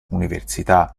università